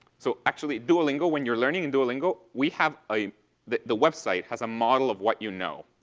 so, actually, duolingo when you're learning in duolingo we have a the the website has a model of what you know.